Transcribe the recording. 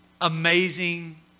amazing